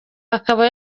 akaba